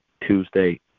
Tuesday